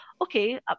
okay